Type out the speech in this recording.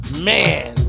Man